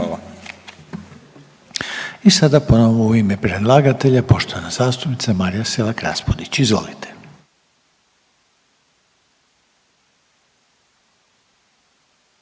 I sada ponovo u ime predlagatelja poštovana zastupnica Marija Selak-Raspudić. Izvolite.